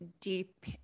deep